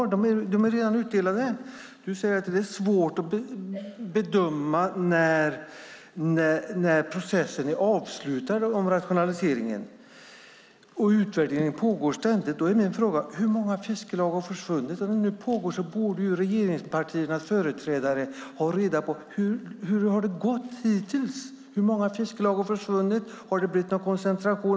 De är redan utdelade. Du säger att det är svårt att bedöma när rationaliseringsprocessen är avslutad och att utvärdering pågår ständigt. När detta nu pågår borde regeringspartiernas företrädare ta reda på hur det har gått hittills. Hur många fiskelag har försvunnit? Har det blivit någon koncentration?